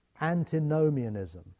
antinomianism